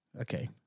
Okay